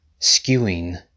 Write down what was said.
skewing